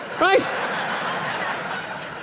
right